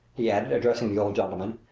he added, addressing the old gentleman.